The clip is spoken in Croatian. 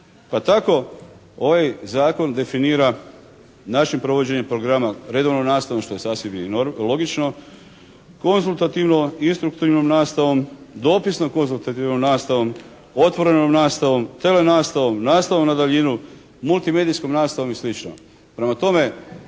pa tako ovaj Zakon definira našim provođenjem programa redovnu nastavu što je sasvim i logično, konzultativnom i instruktivnom nastavom, dopisnom konzultativnom nastavom, otvorenom nastavom, tv nastavom, nastavom na daljinu, multimedijskom nastavom i slično. Prema tome,